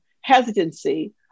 hesitancy